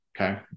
okay